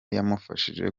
yamufashije